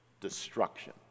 destruction